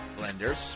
blenders